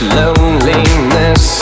loneliness